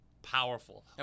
Powerful